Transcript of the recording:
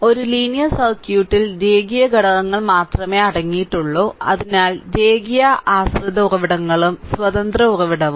ഒരു ലീനിയർ സർക്യൂട്ടിൽ രേഖീയ ഘടകങ്ങൾ മാത്രമേ അടങ്ങിയിട്ടുള്ളൂ അതിനാൽ രേഖീയ ആശ്രിത ഉറവിടങ്ങളും സ്വതന്ത്ര ഉറവിടവും